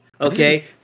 Okay